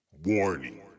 Warning